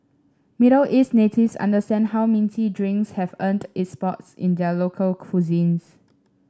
Middle East natives understand how minty drinks have earned its spots in their local cuisines